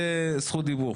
זה קצת יותר ממך.